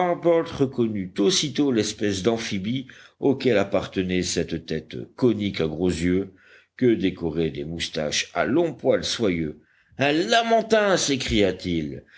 harbert reconnut aussitôt l'espèce d'amphibie auquel appartenait cette tête conique à gros yeux que décoraient des moustaches à longs poils soyeux un lamantin